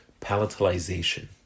palatalization